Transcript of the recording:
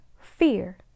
fear